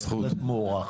בפירוש זה מוערך.